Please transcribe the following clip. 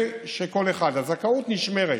הזכאות נשמרת